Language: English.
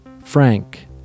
Frank